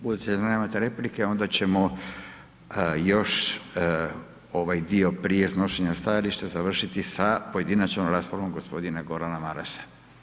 Budući da nemate replike onda ćemo još ovaj dio prije iznošenja stajališta završiti sa pojedinačnom raspravom gospodina Gordana Marasa.